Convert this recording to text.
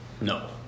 No